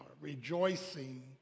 rejoicing